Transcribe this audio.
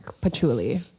patchouli